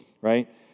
right